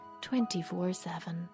24-7